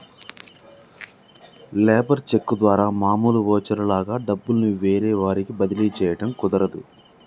labour cheque ద్వారా మామూలు voucher లాగా డబ్బుల్ని వేరే వారికి బదిలీ చేయడం కుదరదు